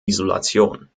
isolation